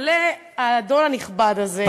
עולה האדון הנכבד הזה,